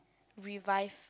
revive